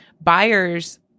buyers